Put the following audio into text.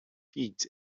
feet